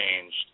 changed